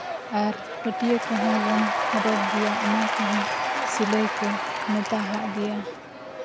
ᱟᱨ ᱯᱟᱹᱴᱤᱭᱟᱹ ᱠᱚᱦᱚᱸᱵᱚᱱ ᱨᱚᱜᱽ ᱜᱮᱭᱟ ᱚᱱᱟ ᱠᱚᱦᱚᱸ ᱥᱤᱞᱟᱹᱭ ᱠᱚ ᱢᱮᱛᱟᱜᱟᱜ ᱜᱮᱭᱟ